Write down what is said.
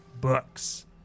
books